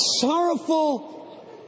Sorrowful